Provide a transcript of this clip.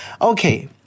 Okay